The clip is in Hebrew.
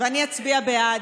ואני אצביע בעד,